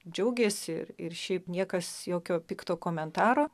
džiaugėsi ir šiaip niekas jokio pikto komentaro